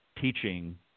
teaching